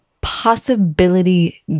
possibility